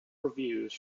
reviews